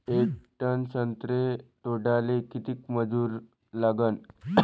येक टन संत्रे तोडाले किती मजूर लागन?